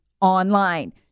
online